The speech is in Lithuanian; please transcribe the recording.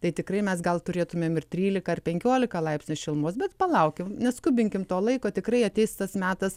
tai tikrai mes gal turėtumėm ir trylika ir penkiolika laipsnių šilumos bet palaukim neskubinkim to laiko tikrai ateis tas metas